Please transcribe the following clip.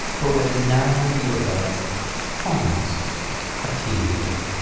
but what is now revealed as almost a teenager.